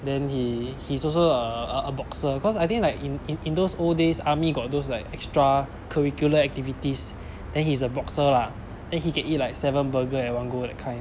then he he's also a a boxer cause I think like in in in those old days army got those like extra curricular activities then he's a boxer lah then he can eat like seven burger at one go that kind